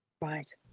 right